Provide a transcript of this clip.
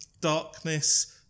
darkness